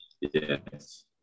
yes